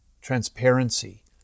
transparency